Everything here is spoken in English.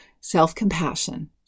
self-compassion